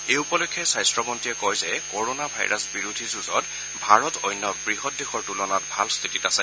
এই উপলক্ষে স্বাস্থ্য মন্ত্ৰীয়ে কয় যে কৰনা ভাইৰাছ বিৰোধী যুঁজত ভাৰত অন্য বৃহৎ দেশৰ তুলনাত ভাল স্থিতিত আছে